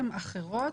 הן אחרות,